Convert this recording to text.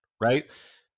Right